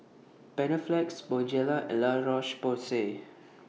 Panaflex Bonjela and La Roche Porsay